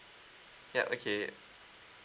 yup okay